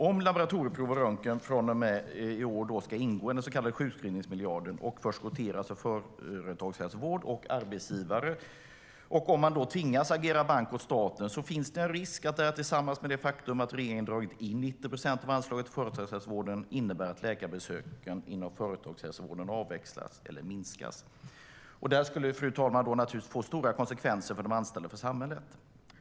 Om laboratorieprov och röntgen från och med i år ska ingå i den så kallade sjukskrivningsmiljarden och förskotteras av företagshälsovård och arbetsgivare och man då tvingas att agera bank åt staten finns det en risk för att detta, tillsammans med det faktum att regeringen dragit in 90 procent av anslaget till företagshälsovården, innebär att läkarbesöken inom företagshälsovården avvecklas eller minskas. Det skulle naturligtvis få stora konsekvenser för de anställda och för samhället.